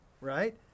right